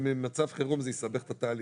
החשש שלי שבמצב חירום זה יסבך את התהליכים.